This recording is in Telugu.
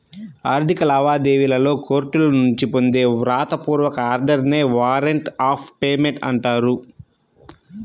ఆర్థిక లావాదేవీలలో కోర్టుల నుంచి పొందే వ్రాత పూర్వక ఆర్డర్ నే వారెంట్ ఆఫ్ పేమెంట్ అంటారు